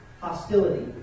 hostility